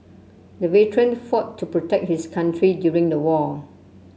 the veteran fought to protect his country during the war